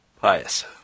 Pious